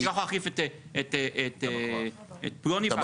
אתה לא יכול להחליף את בא הכוח.